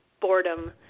boredom